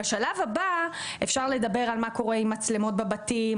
בשלב הבא אפשר לדבר על מה קורה עם מצלמות בבתים,